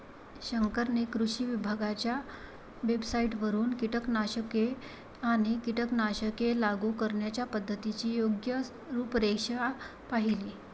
शंकरने कृषी विभागाच्या वेबसाइटवरून कीटकनाशके आणि कीटकनाशके लागू करण्याच्या पद्धतीची योग्य रूपरेषा पाहिली